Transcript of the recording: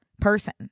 person